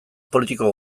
politiko